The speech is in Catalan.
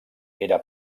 era